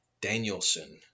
Danielson